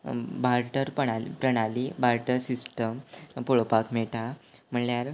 barter पणाल् प्रणाली barter system पळोवपाक मेळटा म्हळ्ळ्यार